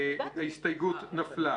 ההסתייגות נפלה.